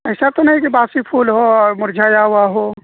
ایسا تو نہیں کہ باسی پھول ہو اور مرجھایا ہوا ہو